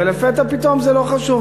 ולפתע פתאום זה לא חשוב.